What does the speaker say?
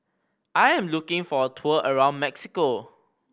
I am looking for a tour around Mexico